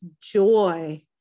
joy